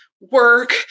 work